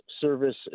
service